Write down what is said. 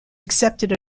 accepted